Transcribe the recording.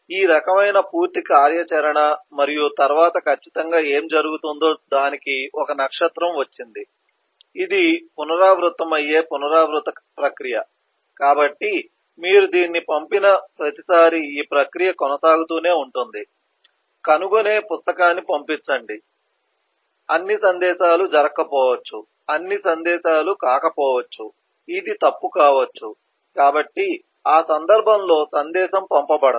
కాబట్టి ఈ రకమైన పూర్తి కార్యాచరణ మరియు తరువాత ఖచ్చితంగా ఏమి జరుగుతుందో దానికి ఒక నక్షత్రం వచ్చింది ఇది పునరావృతమయ్యే పునరావృత ప్రక్రియ కాబట్టి మీరు దీన్ని పంపిన ప్రతిసారీ ఈ ప్రక్రియ కొనసాగుతూనే ఉంటుంది కనుగొనే పుస్తకాన్ని పంపించండి అన్ని సందేశాలు జరగకపోవచ్చు అన్నీ సందేశాలు కాకపోవచ్చు ఇది తప్పు కావచ్చు కాబట్టి ఆ సందర్భంలో సందేశం పంపబడదు